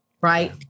right